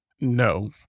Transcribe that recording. No